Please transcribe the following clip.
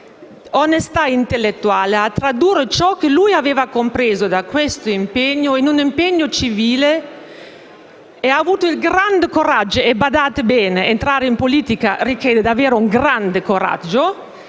e onestà intellettuale per tradurre ciò che aveva compreso da questa esperienza in un impegno civile. Ha avuto il grande coraggio (badate bene che entrare in politica richiede davvero un grande coraggio)